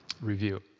review